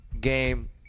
game